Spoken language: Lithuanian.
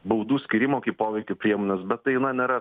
baudų skyrimo kaip poveikio priemonės bet tai na nėra